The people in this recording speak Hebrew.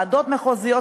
ועדות מחוזיות,